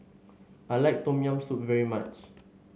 I like Tom Yam Soup very much